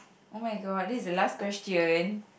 oh-my-god this is the last question